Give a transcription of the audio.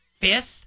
fifth